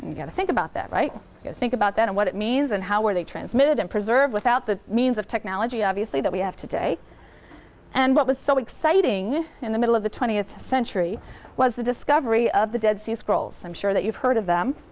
got to think about that, right? you've got to think about that and what it means and how were they transmitted and preserved without the means of technology, obviously, that we have today and what was so exciting in the middle of the twentieth century was the discovery of the dead sea scrolls. i'm sure that you've heard of them.